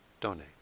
donate